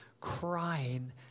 crying